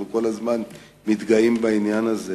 אנחנו כל הזמן מתגאים בזה.